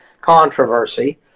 controversy